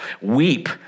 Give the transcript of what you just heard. Weep